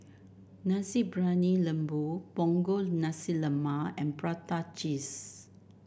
Nasi Briyani Lembu Punggol Nasi Lemak and Prata Cheese